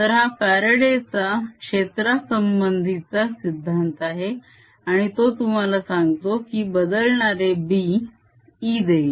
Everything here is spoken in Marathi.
तर हा फ्यारडे चा क्षेत्रासंबंधीचा सिद्धांत आहे आणि तो तुम्हाला सांगतो की बदलणारे B E देईल